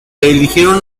eligieron